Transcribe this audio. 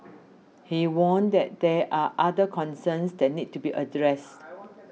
he warned that there are other concerns that need to be addressed